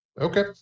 okay